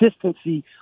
consistency